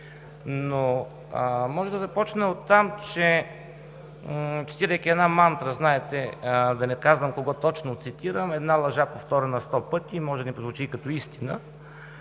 Но може да започна оттам, че цитирайки една мантра, знаете, да не казвам кого точно цитирам, че една лъжа, повторена сто пъти, може да ни прозвучи и като истина,